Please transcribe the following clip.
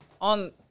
on